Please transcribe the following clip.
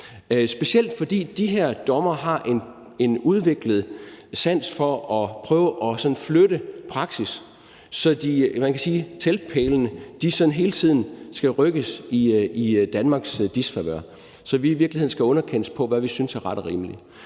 specielt fordi de her dommere har en udviklet sans for at prøve sådan at flytte praksis, og man kan sige, at teltpælene hele tiden skal rykkes i Danmarks disfavør, så vi i virkeligheden skal underkendes på, hvad vi synes er ret og rimeligt.